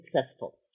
successful